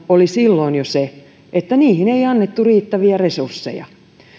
oli jo silloin se että niihin ei annettu riittäviä resursseja